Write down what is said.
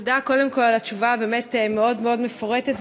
תודה, קודם כול, על תשובה באמת מאוד מאוד מפורטת.